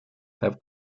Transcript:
have